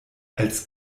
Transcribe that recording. als